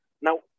Now